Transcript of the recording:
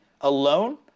alone